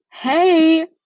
Hey